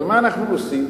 אבל מה אנחנו עושים?